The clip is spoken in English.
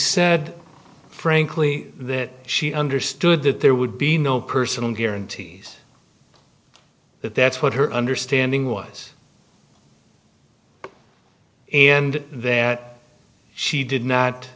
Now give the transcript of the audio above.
said frankly that she understood that there would be no personal guarantees that that's what her understanding was and that she did not